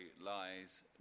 lies